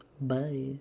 bye